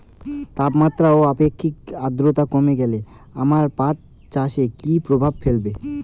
তাপমাত্রা ও আপেক্ষিক আদ্রর্তা কমে গেলে আমার পাট চাষে কী প্রভাব ফেলবে?